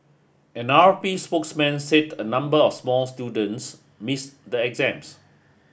an R P spokesman said a number of small students miss the exams